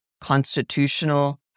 constitutional